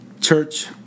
church